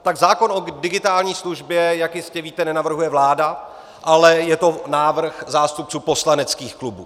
Tak zákon o digitální službě, jak jistě víte, nenavrhuje vláda, ale je to návrh zástupců poslaneckých klubů.